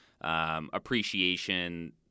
appreciation